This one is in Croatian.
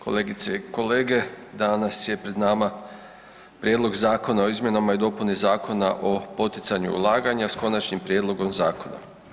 Kolegice i kolege danas je pred nama Prijedlog Zakona o izmjenama i dopuni Zakona o poticanju ulaganja s konačnim prijedlogom zakona.